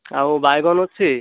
ଆଉ ବାଇଗଣ ଅଛି